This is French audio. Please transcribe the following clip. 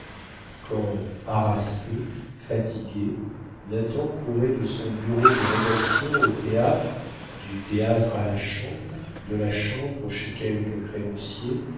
quand harassé fatigué nathan courait de son bureau de rédaction au théâtre du théâtre à la chambre de la chambre chez quelques créanciers